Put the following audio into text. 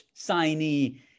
signee